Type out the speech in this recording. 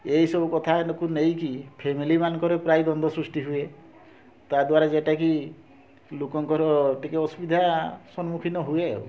ଏଇ ସବୁ କଥାକୁ ନେଇକି ଫ୍ୟାମିଲି ମାନଙ୍କର ପ୍ରାୟ ଦ୍ଵନ୍ଦ ସୃଷ୍ଟି ହୁଏ ତାହା ଦ୍ୱାରା ଯେଉଁଟାକି ଲୋକଙ୍କର ଟିକେ ଅସୁବିଧା ସମ୍ମୁଖୀନ ହୁଏ ଆଉ